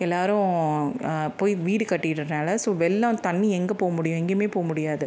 எல்லாேரும் போய் வீடு கட்டிவிட்றனால ஸோ வெள்ளம் தண்ணி எங்கே போக முடியும் எங்கேயுமே போக முடியாது